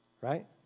right